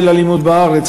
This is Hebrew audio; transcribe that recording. של אלימות בארץ,